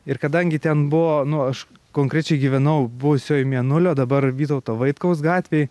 ir kadangi ten buvo nu aš konkrečiai gyvenau buvusioj mėnulio dabar vytauto vaitkaus gatvėj